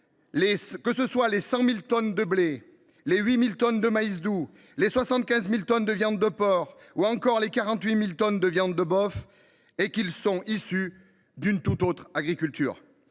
que ce soit les 100 000 tonnes de blé, les 8 000 tonnes de maïs doux, les 75 000 tonnes de viande de porc ou encore les 48 000 tonnes de viande de bœuf, sont, en réalité, issus d’une tout autre agriculture.